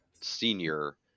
senior